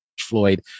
Floyd